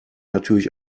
natürlich